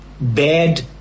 bad